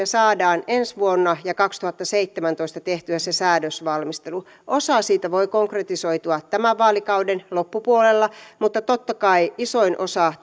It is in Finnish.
saamme ensi vuonna ja kaksituhattaseitsemäntoista tehtyä sen säädösvalmistelun osa siitä voi konkretisoitua tämän vaalikauden loppupuolella mutta totta kai isoin osa